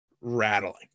rattling